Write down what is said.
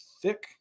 thick